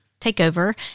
takeover